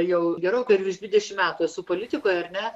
jau gerokai virš dvidešimt metų esu politikoj ar ne